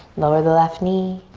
lower the left knee,